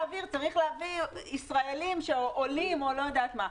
האוויר צריך להעביר ישראלים שעולים או לא יודעת מה.